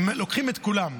לוקחים את כולם.